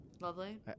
lovely